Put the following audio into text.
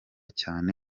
cyane